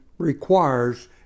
requires